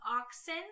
oxen